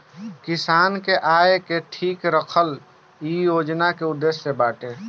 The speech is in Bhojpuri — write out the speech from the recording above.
किसान के आय के ठीक रखल इ योजना के उद्देश्य बाटे